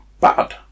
bad